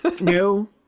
no